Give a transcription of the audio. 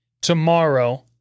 tomorrow